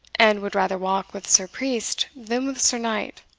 and would rather walk with sir priest than with sir knight